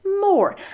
more